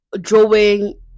drawing